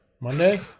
Monday